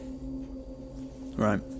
Right